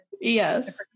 Yes